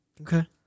Okay